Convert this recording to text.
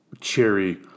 cherry